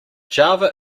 java